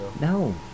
No